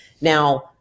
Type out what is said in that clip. Now